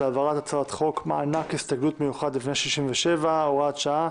להעברת הצעת חוק מענק הסתגלות מיוחד לבני 67 ומעלה (הוראת שעה